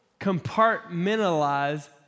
compartmentalize